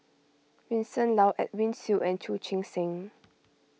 Vincent Leow Edwin Siew and Chu Chee Seng